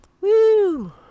Woo